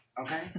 Okay